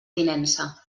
tinença